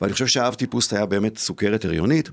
ואני חושב שהאבטיפוס היה באמת סוכרת הריונית